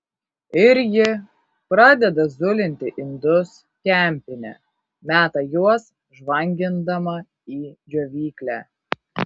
ir ji pradeda zulinti indus kempine meta juos žvangindama į džiovyklę